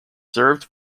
served